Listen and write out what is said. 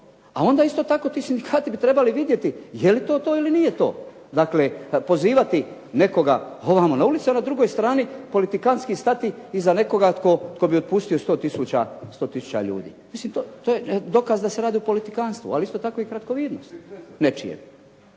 a onda isto tako ti sindikati bi trebali vidjeti je li to to ili nije to. Dakle, pozivati nekoga ovamo na ulice, a na drugoj strani politikantski stati iza nekoga tko bi otpustio 100 tisuća ljudi. Mislim to je dokaz da se radi o politikantstvu, ali isto tako i kratkovidnost nečije.